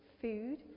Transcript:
food